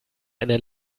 eine